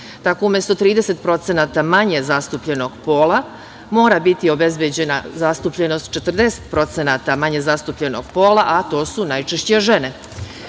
Tako umesto 30% manje zastupljenog pola, mora biti obezbeđena zastupljenost 40% manje zastupljenog pola, a to su najčešće žene. Kako